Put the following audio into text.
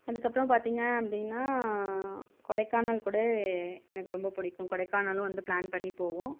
அதுக்கு அப்புறோம் பார்த்திங்க அப்படினா கொடைக்கானல் கூட எனக்கு ரொம்ப பிடிக்கும் கொடைக்கானலும் வந்து பிளான் பண்ணி போவோம்